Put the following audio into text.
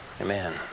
Amen